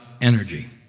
energy